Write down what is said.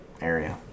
area